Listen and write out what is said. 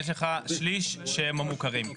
יש לך שליש שהם המוכרים.